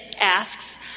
asks